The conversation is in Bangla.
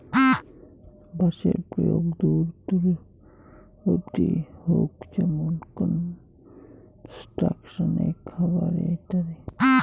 বাঁশের প্রয়োগ দূর দূর অব্দি হউক যেমন কনস্ট্রাকশন এ, খাবার এ ইত্যাদি